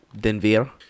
Denver